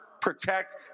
protect